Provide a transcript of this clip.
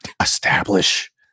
establish